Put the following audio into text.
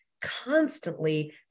constantly